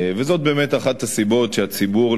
וזו באמת אחת הסיבות שהציבור,